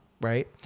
right